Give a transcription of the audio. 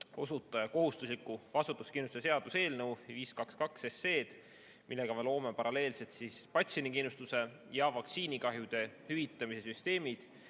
osutaja kohustusliku vastutuskindlustuse seaduse eelnõu 522, millega me loome paralleelselt patsiendikindlustuse ja vaktsiinikahjude hüvitamise süsteemid